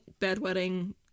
bedwetting